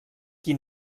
qui